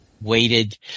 waited